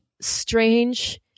strange